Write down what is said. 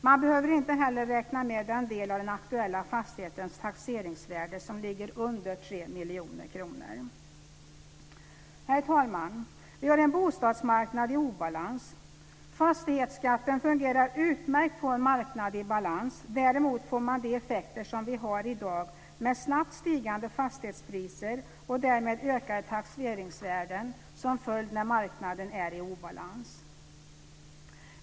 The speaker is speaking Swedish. Man behöver inte heller räkna med den del av den aktuella fastighetens taxeringsvärde som ligger under 3 miljoner kronor. Herr talman! Vi har en bostadsmarknad i obalans. Fastighetsskatten fungerar utmärkt på en marknad i balans. Däremot får man de effekter som vi har i dag med snabbt stigande fastighetspriser och därmed ökade taxeringsvärden som följd när marknaden är i obalans.